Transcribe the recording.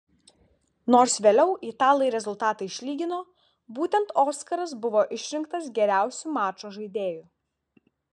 nors vėliau italai rezultatą išlygino būtent oskaras buvo išrinktas geriausiu mačo žaidėju